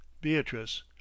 Beatrice